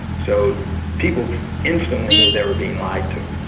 so people instantly knew they were being lied to.